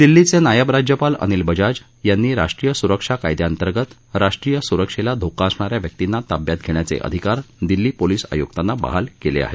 दिल्लीचे नायब राज्यपाल अनिल बजाज यांनी राष्ट्रीय सुरक्षा कायद्याअंतर्गत राष्ट्रीय सुरक्षेला धोका असणाऱ्या व्यक्तींना ताब्यात घेण्याचे अधिकार दिल्ली पोलीस आय्क्तांना बहाल केले आहेत